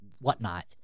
whatnot